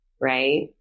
right